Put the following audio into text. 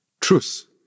Truth